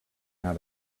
out